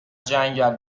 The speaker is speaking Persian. جنگل